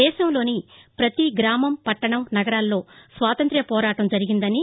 దేశంలోని ప్రతి గ్రామం పట్టణం నగరాల్లో స్వాతంత పోరాటం జరిగిందని